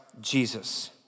Jesus